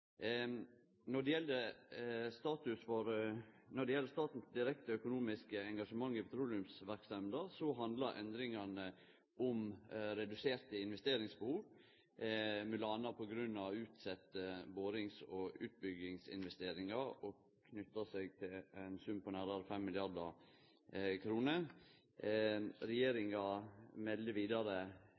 Når det gjeld staten sitt direkte økonomiske engasjement i petroleumsverksemda, handlar endringane om reduserte investeringsbehov, m.a. på grunn av utsette borings- og utbyggingsinvesteringar, og knyter seg til ein sum på nærare 5 mrd. kr. Regjeringa melder vidare